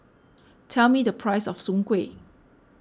tell me the price of Soon Kueh